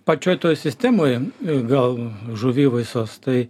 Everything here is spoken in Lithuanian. pačioj toj sistemoj gal žuvivaisos tai